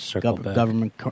government